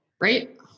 right